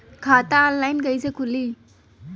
खाता ऑनलाइन कइसे खुली?